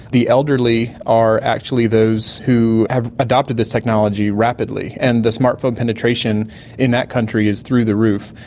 the elderly are actually those who have adopted this technology rapidly, and the smart phone penetration in that country is through the roof.